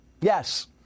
Yes